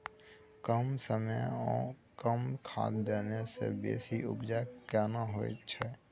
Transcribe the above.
कम समय ओ कम खाद देने से बेसी उपजा केना होय छै?